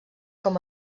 com